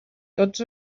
tots